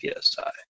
PSI